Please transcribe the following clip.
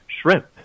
shrimp